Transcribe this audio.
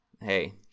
hey